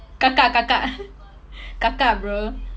kakak kakak kakak bro